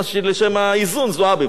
אחר כך גלאון ואחר כך גילאון.